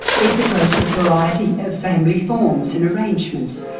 there is a greater variety of family forms and arrangements.